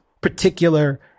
particular